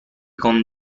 con